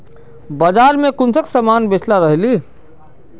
बाजार में कुंसम सामान बेच रहली?